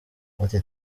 ati